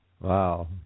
wow